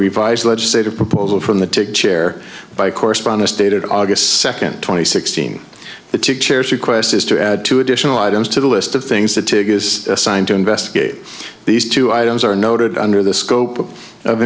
revised legislative proposal from the chair by correspondence dated august second twenty sixteen the two chairs request is to add two additional items to the list of things that tig is assigned to investigate these two items are noted under the scope of